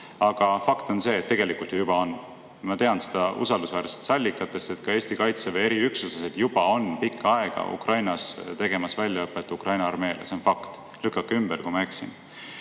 Aga fakt on see, et tegelikult ju juba on. Ma tean usaldusväärsetest allikatest, et Eesti kaitseväe eriüksuslased teevad juba pikka aega Ukrainas väljaõpet Ukraina armeele. See on fakt. Lükake ümber, kui ma eksin.